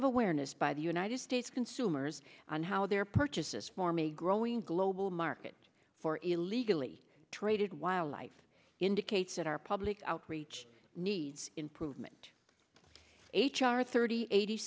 of awareness by the united states consumers on how their purchases form a growing global market for illegally traded wildlife indicates that our public outreach needs improvement h r thirty eighty